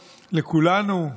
לכולנו,